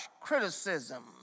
criticism